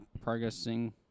progressing